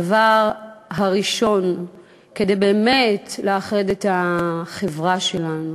הדבר הראשון שצריך לעשות כדי לאחד את החברה שלנו,